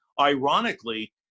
ironically